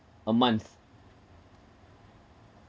a month